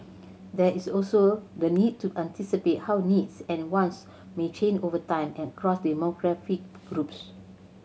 there is also the need to anticipate how needs and wants may change over time and across demographic groups